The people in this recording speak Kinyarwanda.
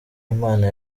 imana